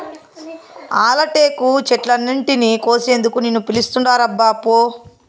ఆల టేకు చెట్లన్నింటినీ కోసేందుకు నిన్ను పిలుస్తాండారబ్బా పో